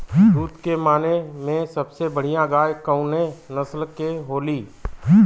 दुध के माने मे सबसे बढ़ियां गाय कवने नस्ल के होली?